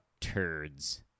turds